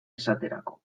esaterako